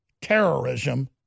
terrorism